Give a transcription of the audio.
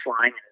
flying